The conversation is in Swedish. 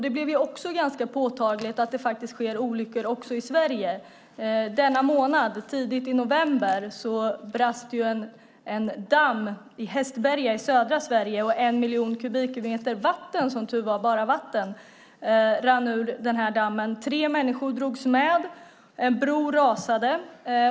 Det blev också ganska påtagligt att det faktiskt sker olyckor i Sverige. Denna månad, tidigt i november, brast en damm i Hästberga i södra Sverige, och en miljon kubikmeter vatten - det var som tur var bara vatten - rann ut från den här dammen. Tre människor drogs med och en bro rasade.